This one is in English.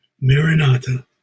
Marinata